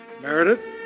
Meredith